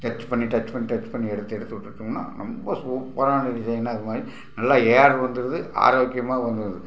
touch பண்ணி touch பண்ணி touch பண்ணி எடுத்து எடுத்து விட்டுட்டோம்னா ரொம்ப சூப்பராக அந்த டிசைனு அதுமாதிரி நல்லா ஏர் வந்துடுது ஆரோக்கியமாக வந்துடுது